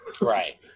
right